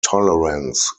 tolerance